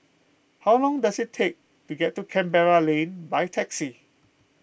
how long does it take to get to Canberra Lane by taxi